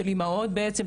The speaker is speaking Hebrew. של אימהות בעצם,